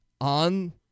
on